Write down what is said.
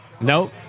No